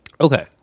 Okay